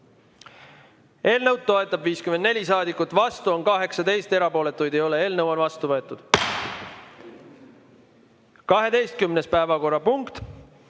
Eelnõu toetab 54 saadikut, vastu on 18, erapooletuid ei ole. Eelnõu on vastu võetud. 12. päevakorrapunt: